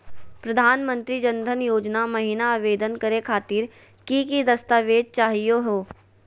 प्रधानमंत्री जन धन योजना महिना आवेदन करे खातीर कि कि दस्तावेज चाहीयो हो?